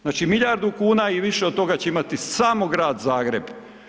Znači milijardu kuna i više od toga će imati samo grad Zagreb.